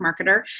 marketer